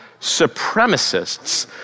supremacists